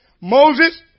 Moses